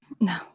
No